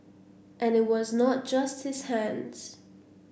and it was not just his hands